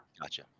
Gotcha